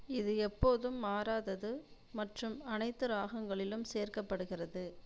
இது எப்போதும் மாறாதது மற்றும் அனைத்து ராகங்களிலும் சேர்க்கப்படுகிறது